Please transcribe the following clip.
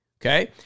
Okay